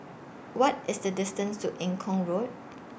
What IS The distance to Eng Kong Road